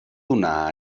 donar